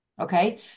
Okay